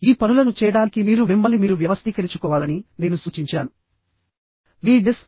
ఈ పనులను చేయడానికి మీరు మిమ్మల్ని మీరు వ్యవస్థీకరించుకోవాలని వ్యవస్థీకరించుకోవాలని కూడా నేను సూచించాను